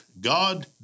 God